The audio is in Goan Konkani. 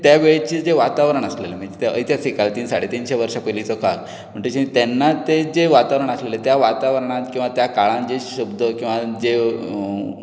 त्या वेळीचें जें वातावरण आसलेलें म्हणजे इतिहासीक तीन साडे तिनशें वर्सां पयलींचो काळ म्हणटच तेन्नाचें जें वातावरण आसलेलें त्या वातावरणांत किंवा त्या काळांत जे शब्द किंवा